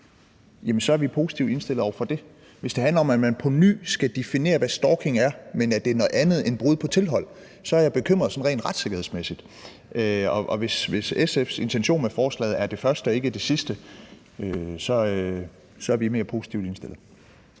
er vi positivt indstillet over for det. Hvis det handler om, at man på ny skal definere, hvad stalking egentlig er, men at det er noget andet end brud på et tilhold, så er jeg bekymret sådan rent retssikkerhedsmæssigt. Hvis SF's intention med forslaget er det første og ikke det sidste, er vi mere positivt indstillet.